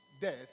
death